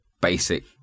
basic